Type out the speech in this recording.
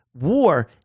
war